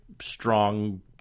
strong